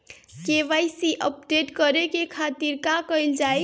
KYC update करे के खातिर का कइल जाइ?